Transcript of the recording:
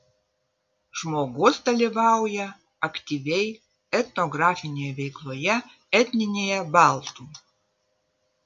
žmogus dalyvauja aktyviai etnografinėje veikloje etninėje baltų